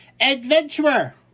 adventurer